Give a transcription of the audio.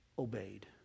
obeyed